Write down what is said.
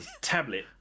tablet